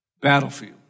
battlefield